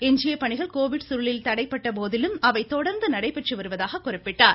எஞ்சிய பணிகள் கோவிட் சூழலில் தடைபட்ட போதிலும் அவை தொடர்ந்து நடைபெற்று வருவாக கூறினார்